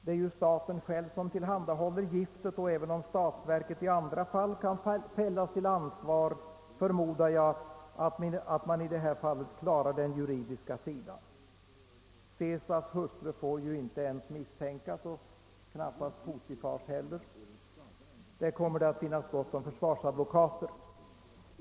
Det är ju staten själv som tillhandahåller giftet, och även om statsverket i andra fall kan fällas till ansvar förmodar jag, att man i detta fall klarar den juridiska sidan. — Ceesars hustru får ju inte ens misstänkas och knappast Potifars heller. Det kommer att finnas gott om försvarsadvokater.